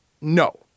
No